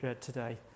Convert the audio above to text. today